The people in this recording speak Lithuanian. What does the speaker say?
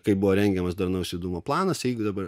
kai buvo rengiamas darnaus judumo planas jeigu dabar